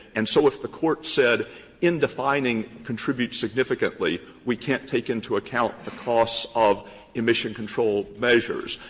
and so if the court said in defining contribute significantly we can't take into account the cost of emission control measures,